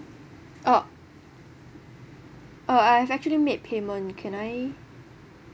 oh uh I have actually made payment can I